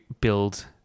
build